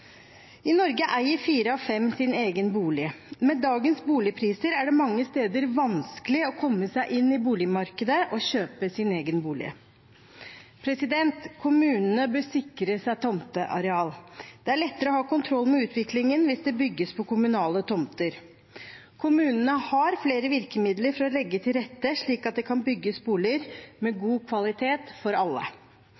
I Norge eier fire av fem sin egen bolig. Med dagens boligpriser er det mange steder vanskelig å komme seg inn i boligmarkedet og kjøpe sin egen bolig. Kommunene bør sikre seg tomteareal. Det er lettere å ha kontroll med utviklingen hvis det bygges på kommunale tomter. Kommunene har flere virkemidler for å legge til rette slik at det kan bygges boliger med